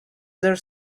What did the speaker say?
there